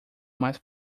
mais